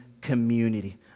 community